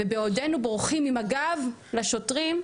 ובעודנו בורחים עם הגב לשוטרים,